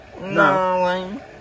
No